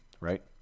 right